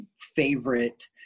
favorite